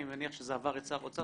אני מניח שזה עבר את שר האוצר,